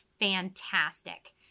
fantastic